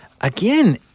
Again